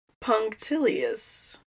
Punctilious